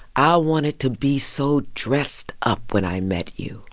i wanted to be so dressed up when i met you.